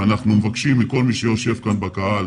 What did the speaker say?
ואנחנו מבקשים מכל מי שיושב כאן בקהל